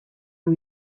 new